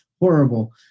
horrible